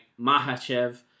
Mahachev